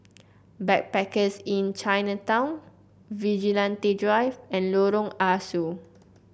Backpackers Inn Chinatown Vigilante Drive and Lorong Ah Soo